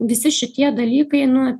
visi šitie dalykai nu